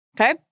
okay